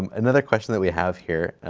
another question that we have here,